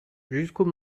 jusqu’au